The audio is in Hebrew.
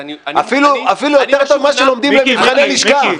אני פשוט חוזר --- אפילו יותר טוב ממה שלומדים במבחני לשכה.